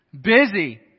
Busy